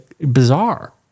bizarre